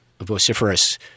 vociferous